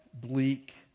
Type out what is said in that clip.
bleak